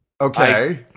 Okay